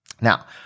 Now